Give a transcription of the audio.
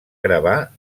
gravar